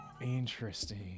Interesting